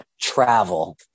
travel